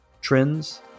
trends